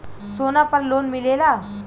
सोना पर लोन मिलेला?